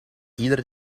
ieder